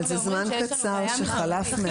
אבל זה זמן קצר שחלף מאז.